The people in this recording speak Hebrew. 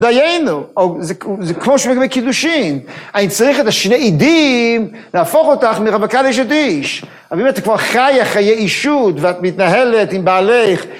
דיינו, זה כמו שלגבי קידושין, אני צריך את השני עדים להפוך אותך מרווקה לאשת איש. אבל אם את כבר חיה חיי אישות ואת מתנהלת עם בעלך,